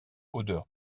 odeur